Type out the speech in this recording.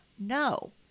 No